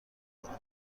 میزنم